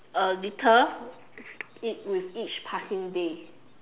a little each with each passing day